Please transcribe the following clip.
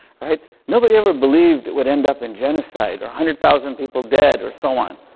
right. nobody ever believed it would end up in genocide, or hundred thousand people dead, or so on,